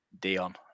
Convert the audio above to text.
Dion